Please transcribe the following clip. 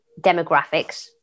demographics